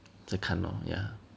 在看 lor yeah